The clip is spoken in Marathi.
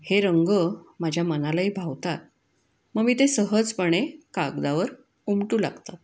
हे रंग माझ्या मनालाही भावतात मग मी ते सहजपणे कागदावर उमटू लागतात